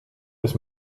des